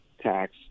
tax